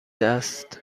است